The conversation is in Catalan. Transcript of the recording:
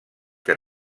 que